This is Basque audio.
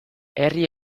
herri